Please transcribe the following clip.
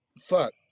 Fuck